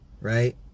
Right